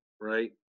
right